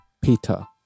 peter